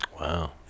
Wow